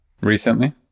recently